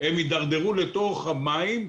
הם יידרדרו לתוך המים,